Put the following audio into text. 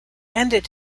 ended